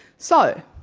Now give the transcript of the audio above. so,